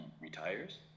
retires